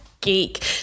Geek